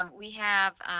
um we have